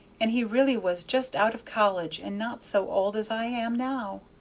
and he really was just out of college and not so old as i am now.